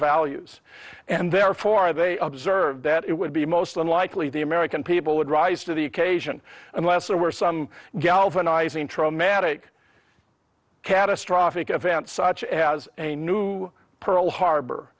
values and therefore they observed that it would be most unlikely the american people would rise to the occasion unless there were some galvanizing traumatic catastrophic events such as a new pearl harbor